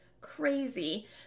crazy